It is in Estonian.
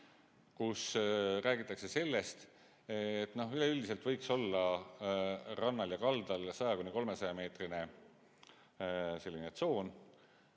kus räägitakse sellest, et üleüldiselt võiks olla rannal ja kaldal 100–300‑meetrine tsoon.